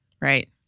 Right